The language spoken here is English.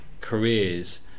careers